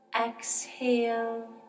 Exhale